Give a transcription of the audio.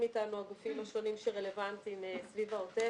אתנו הגורמים הרלוונטיים סביב העוטף.